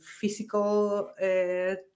physical